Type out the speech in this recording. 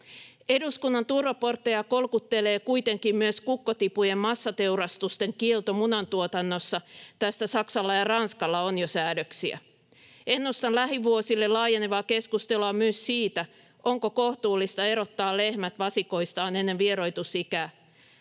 Eduskunnan turvaportteja kolkuttelee kuitenkin myös kukkotipujen massateurastusten kielto munantuotannossa. Tästä Saksalla ja Ranskalla on jo säädöksiä. Ennustan lähivuosille laajenevaa keskustelua myös siitä, onko kohtuullista erottaa lehmät vasikoistaan ennen vieroitusikää,